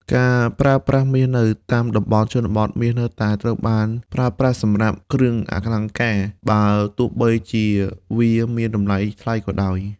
ការប្រើប្រាស់មាសនៅតាមតំបន់ជនបទ មាសនៅតែត្រូវបានប្រើប្រាស់សម្រាប់គ្រឿងអលង្ការ បើទោះបីជាវាមានតម្លៃថ្លៃក៏ដោយ។